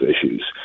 issues